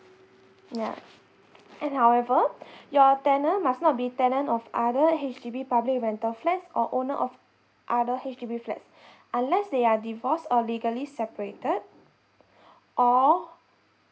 ya and however your tenant must not be tenant of other H_D_B public rental flats or owner of other H_D_B flats unless they are divorced or legally separated or